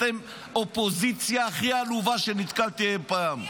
אתם אופוזיציה הכי עלובה שנתקלתי בה אי פעם.